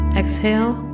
exhale